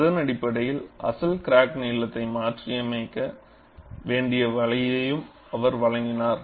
அதன் அடிப்படையில் அசல் கிராக் நீளத்தை மாற்றியமைக்க வேண்டிய வழியையும் அவர் வழங்கினார்